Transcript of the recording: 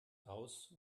aus